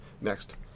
next